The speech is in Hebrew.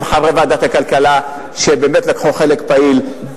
גם חברי ועדת הכלכלה שבאמת לקחו חלק פעיל,